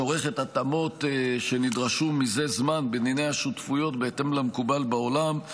שעורכת התאמות שנדרשו מזה זמן בדיני השותפויות בהתאם למקובל בעולם,